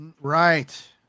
right